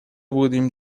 بودیم